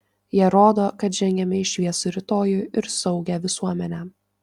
jie rodo kad žengiame į šviesų rytojų ir saugią visuomenę